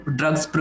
drugs